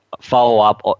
follow-up